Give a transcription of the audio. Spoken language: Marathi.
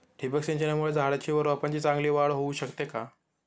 ठिबक सिंचनामुळे झाडाची व रोपांची चांगली वाढ होऊ शकते का?